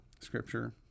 Scripture